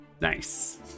Nice